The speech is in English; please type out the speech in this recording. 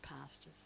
pastures